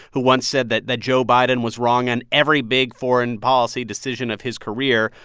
who once said that that joe biden was wrong on every big foreign policy decision of his career.